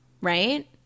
right